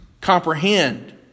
comprehend